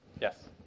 Yes